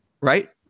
Right